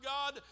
God